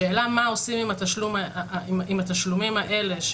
בשווי של התשלומים למשך